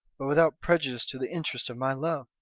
but without prejudice to the interest of my love.